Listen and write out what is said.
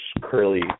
curly